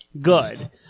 good